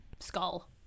skull